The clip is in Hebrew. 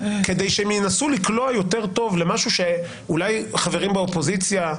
כדי שהן ינסו לקלוע יותר טוב למשהו שאולי חברים באופוזיציה,